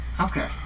Okay